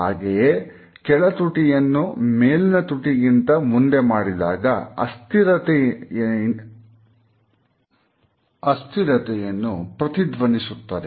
ಹಾಗೆಯೇ ಕೆಳತುಟಿಯನ್ನು ಮೇಲಿನ ತುಟಿ ಗಿಂತ ಮುಂದೆ ಮಾಡಿದಾಗ ಅಸ್ಥಿರತೆಯನ್ನು ಪ್ರತಿಧ್ವನಿಸುತ್ತದೆ